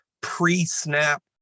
pre-snap